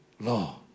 Law